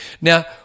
Now